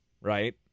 Right